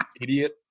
idiot